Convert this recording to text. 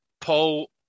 Paul